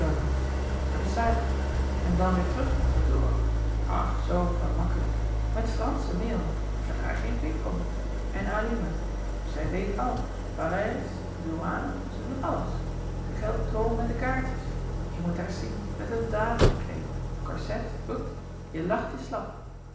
voor den suiker en dan weêr terug met retour ach soo gemakkelijk met fransche mail verdraai geen pink om en alima louis couperus de boeken der kleine zielen zij weet al parijs ddouane zij doet alles zij ghelpt oom met de kaartjes jij moet haar sien net een dddàme ekleed corset ghoed jij lacht jou slap